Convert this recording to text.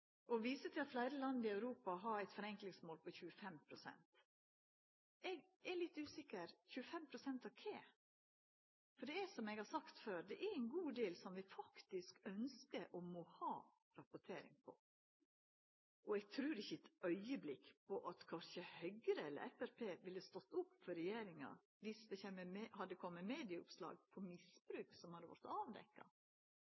og skjemaer, og ein viser til at fleire land i Europa har eit forenklingsmål på 25 pst. Eg er litt usikker: 25 pst. av kva? For det er, som eg har sagt før, ein god del som vi faktisk ønskjer – og må ha – rapportering på. Og eg trur ikkje ein augneblink på at Høgre eller Framstegspartiet ville stått opp for regjeringa viss det hadde komme medieoppslag om misbruk, som hadde